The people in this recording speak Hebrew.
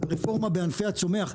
ברפורמה בענפי הצומח,